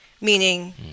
Meaning